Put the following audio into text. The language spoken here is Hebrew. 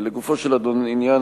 לגופו של העניין,